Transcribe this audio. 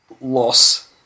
loss